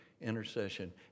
intercession